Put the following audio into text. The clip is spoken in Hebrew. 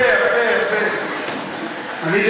אני,